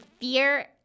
fear